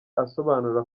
asobanura